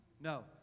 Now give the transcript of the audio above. no